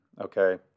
okay